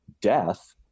death